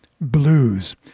Blues